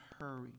hurry